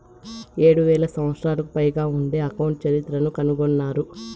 ఏడు వేల సంవత్సరాలకు పైగా ఉండే అకౌంట్ చరిత్రను కనుగొన్నారు